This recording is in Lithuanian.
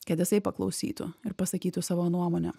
kad jisai paklausytų ir pasakytų savo nuomonę